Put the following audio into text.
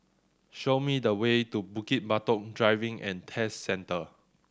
show me the way to Bukit Batok Driving and Test Centre